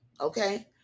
Okay